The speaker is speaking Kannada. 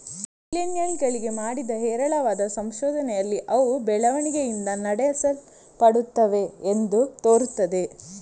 ಮಿಲೇನಿಯಲ್ ಗಳಿಗೆ ಮಾಡಿದ ಹೇರಳವಾದ ಸಂಶೋಧನೆಯಲ್ಲಿ ಅವು ಬೆಳವಣಿಗೆಯಿಂದ ನಡೆಸಲ್ಪಡುತ್ತವೆ ಎಂದು ತೋರುತ್ತದೆ